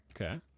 Okay